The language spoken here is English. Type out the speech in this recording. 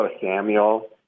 Samuel